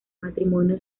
matrimonio